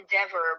endeavor